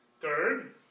Third